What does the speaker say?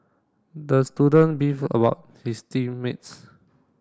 the student beefed about his team mates